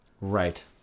Right